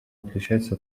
отличается